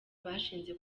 bashinze